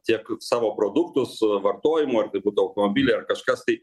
tiek savo produktus vartojimo ar tai būtų automobiliai ar kažkas tai